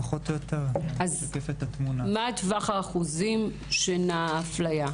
מה טווח האחוזים של האפליה?